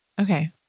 Okay